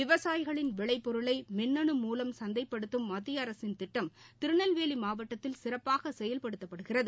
விவசாயிகளின் விளைபொருளைமின்னு மூலம் சந்தைப்படுத்தும் மத்தியஅரசின் திட்டம் திருநெல்வேலிமாவட்டத்தில் சிறப்பாகசெயல்படுத்தப்படுகிறது